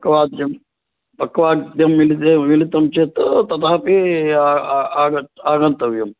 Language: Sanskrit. पक्कवाद्यं पक्कवाद्यं मिलित् मिलितं चेत् तथापि आगन्तव्यम्